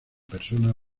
persona